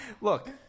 look